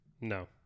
No